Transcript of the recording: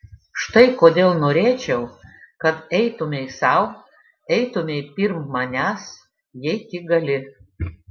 štai kodėl norėčiau kad eitumei sau eitumei pirm manęs jei tik gali